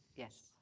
Yes